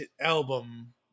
album